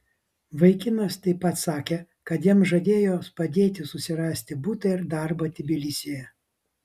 vaikinas taip pat sakė kad jam žadėjo padėti susirasti butą ir darbą tbilisyje